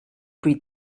breed